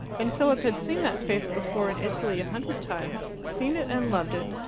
and philip had seen that face before in italy a hundred times seen it and loved it,